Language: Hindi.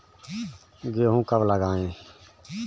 गेहूँ कब लगाएँ?